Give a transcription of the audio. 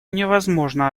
невозможно